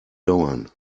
dauern